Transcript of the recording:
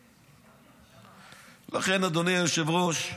לכן, אדוני היושב-ראש,